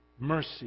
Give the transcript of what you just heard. Mercy